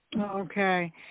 Okay